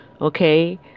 okay